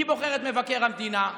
מי בוחר את מבקר המדינה?